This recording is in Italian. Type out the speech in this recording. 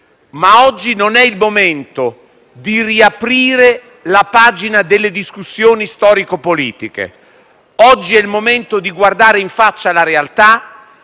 Ma oggi non è il momento di riaprire la pagina delle discussioni storico-politiche. Oggi è il momento di guardare in faccia la realtà